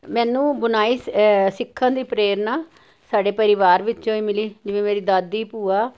ਮੈਨੂੰ ਬੁਣਾਈ ਸਿੱਖਣ ਦੀ ਪ੍ਰੇਰਨਾ ਸਾਡੇ ਪਰਿਵਾਰ ਵਿੱਚੋਂ ਹੀ ਮਿਲੀ ਜਿਵੇਂ ਮੇਰੀ ਦਾਦੀ ਭੂਆ